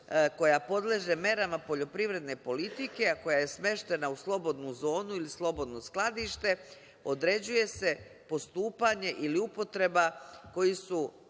koja podleže merama poljoprivredne politike, a koja je smeštena u slobodnu zonu ili slobodno skladište, određuje se postupanje ili upotreba koji su